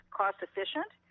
cost-efficient